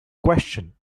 question